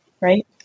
right